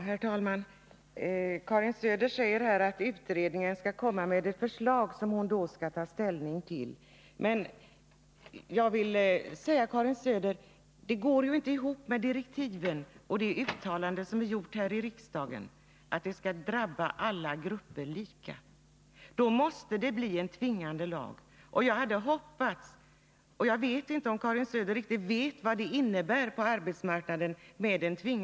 Herr talman! Karin Söder säger att utredningen skall komma med ett förslag, som hon då skall ta ställning till. Men jag vill säga till Karin Söder att direktiven och det uttalande som gjorts här i riksdagen inte går ihop, nämligen att detta skall drabba alla grupper lika. Då måste det bli en tvingande lag. Jag undrar om Karin Söder riktigt vet vad en tvingande lag 105 innebär på arbetsmarknaden.